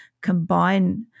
combine